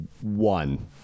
one